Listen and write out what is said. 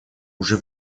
уже